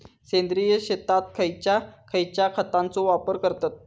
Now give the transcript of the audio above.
सेंद्रिय शेतात खयच्या खयच्या खतांचो वापर करतत?